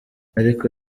ariko